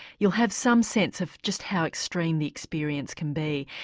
you'll have some sense of just how extreme the experience can be.